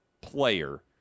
player